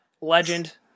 legend